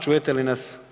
Čujete li nas?